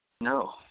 No